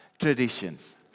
Traditions